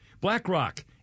BlackRock